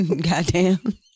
Goddamn